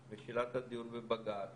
או שנשלח את השב"כ לעקוב אחריכם,